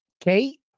Kate